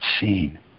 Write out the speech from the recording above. seen